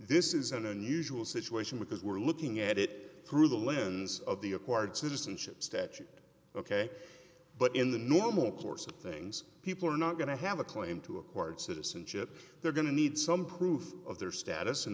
this is an unusual situation because we're looking at it through the lens of the acquired citizenship statute ok but in the normal course of things people are not going to have a claim to accord citizenship they're going to need some proof of their status in